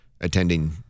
attending